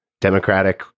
democratic